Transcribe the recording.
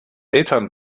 eltern